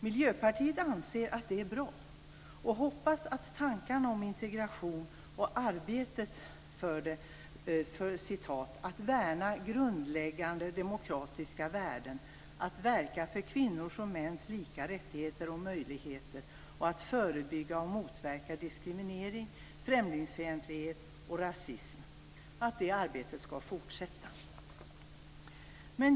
Miljöpartiet anser att det är bra. Vi hoppas att tankarna om integration och arbetet för att "...värna grundläggande demokratiska värden och verka för kvinnors och mäns lika rättigheter och möjligheter samt förebygga och motverka diskriminering, främlingsfientlighet och rasism" skall fortsätta.